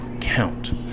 count